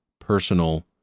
personal